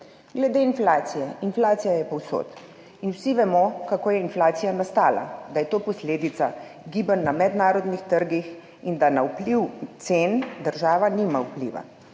Glede inflacije. Inflacija je povsod in vsi vemo, kako je inflacija nastala, da je to posledica gibanj na mednarodnih trgih in da na višino cen država nima vpliva.